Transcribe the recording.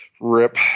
Rip